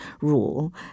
rule